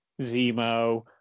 Zemo